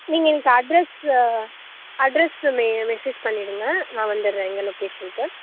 நீங்கள் எனக்கு address address மெ மெசேஜ் பண்ணிவிடுங்க நான் வந்துடுறேன் அங்கே லொகேஷனுக்கு